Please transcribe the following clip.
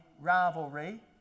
rivalry